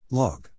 log